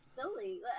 silly